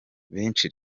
benshi